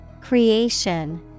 Creation